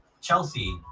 Chelsea